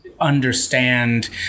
understand